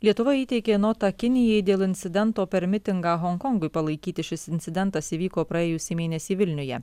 lietuva įteikė notą kinijai dėl incidento per mitingą honkongui palaikyti šis incidentas įvyko praėjusį mėnesį vilniuje